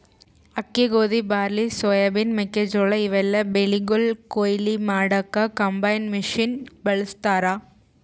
ಅಕ್ಕಿ ಗೋಧಿ barley soybean ಮೆಕ್ಕೆಜೋಳಾ ಇವೆಲ್ಲಾ ಬೆಳಿಗೊಳ್ ಕೊಯ್ಲಿ ಮಾಡಕ್ಕ್ ಕಂಬೈನ್ ಮಷಿನ್ ಬಳಸ್ತಾರ್